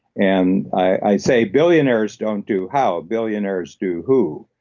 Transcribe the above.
and i say billionaires don't do how. billionaires do who.